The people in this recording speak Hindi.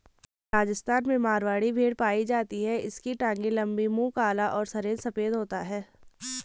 राजस्थान में मारवाड़ी भेड़ पाई जाती है इसकी टांगे लंबी, मुंह काला और शरीर सफेद होता है